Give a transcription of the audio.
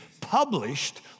published